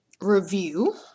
review